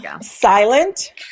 Silent